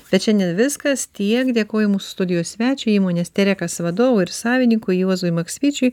bet čia ne viskas tiek dėkoju mūsų studijos svečiui įmonės terekas vadovui ir savininkui juozui maksvyčiui